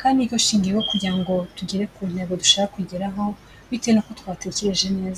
kandi niryo shyingiro ryo kugira ngo tugere ku ntego dushaka kugeraho, bitewe n'uko twatekereje neza.